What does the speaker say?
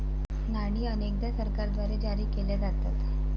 नाणी अनेकदा सरकारद्वारे जारी केल्या जातात